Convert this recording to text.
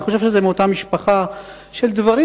אני חושב שזה מאותה משפחה של דברים,